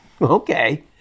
Okay